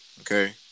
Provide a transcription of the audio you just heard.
Okay